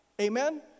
Amen